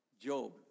Job